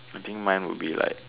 I think mine would be like